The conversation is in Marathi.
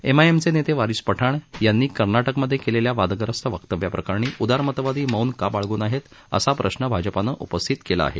एमआयएमचे नेते वारिस पठाण यांनी कर्नाटकमधे केलेल्या वादग्रस्त वक्तव्याप्रकरणी उदारमतवादी मौन का बाळगून आहेत असा प्रश्न भाजपानं उपस्थित केला आहे